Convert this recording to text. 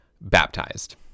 Baptized